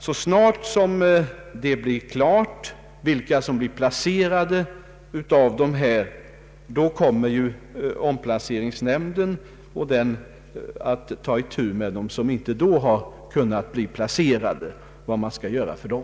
Så snart det blir klart vilka lärare som blir placerade, kommer omplaceringsnämnden att ta itu med de lärare som då inte har kunnat placeras och avgöra vad som kan göras av dem.